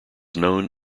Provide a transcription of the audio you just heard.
known